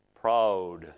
proud